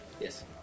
Yes